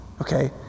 Okay